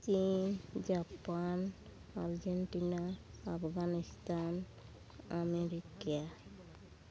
ᱪᱤᱱ Japan Argentina Afghanistan America